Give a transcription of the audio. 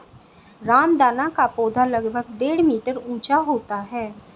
रामदाना का पौधा लगभग डेढ़ मीटर ऊंचा होता है